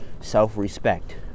self-respect